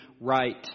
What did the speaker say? right